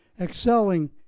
excelling